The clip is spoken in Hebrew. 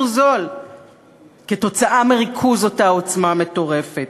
זול כתוצאה מריכוז אותה עוצמה מטורפת.